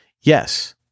Yes